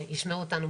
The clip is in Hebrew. שנייה, תן לי להשלים.